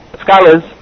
scholars